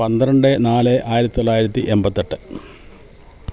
പന്ത്രണ്ട് നാല് ആയിരത്തി തൊള്ളായിരത്തി എൺപത്തെട്ട്